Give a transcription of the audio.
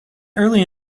early